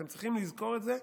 אתם צריכים לזכור את זה.